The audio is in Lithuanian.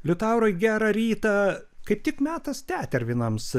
liutaurai gerą rytą kaip tik metas tetervinams